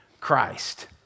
Christ